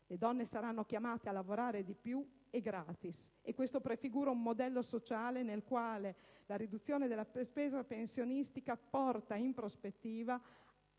le donne saranno chiamate a lavorare di più e gratis. Questo prefigura un modello sociale nel quale la riduzione delle spesa pensionistica porta in prospettiva